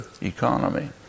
economy